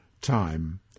time